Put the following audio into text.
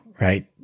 right